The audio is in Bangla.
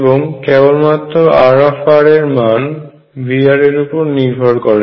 এবং কেবমাত্র R মান V এর উপরে নির্ভর করে